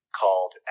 called